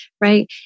right